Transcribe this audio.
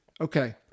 Okay